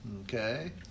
Okay